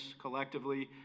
collectively